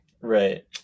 Right